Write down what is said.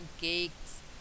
cakes